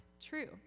true